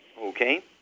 Okay